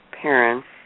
parents